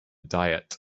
diet